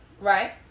Right